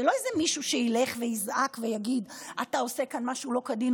זה לא איזה מישהו שילך ויזעק ויגיד: אתה עושה כאן משהו לא כדין,